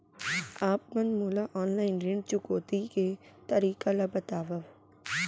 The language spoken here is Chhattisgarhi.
आप मन मोला ऑनलाइन ऋण चुकौती के तरीका ल बतावव?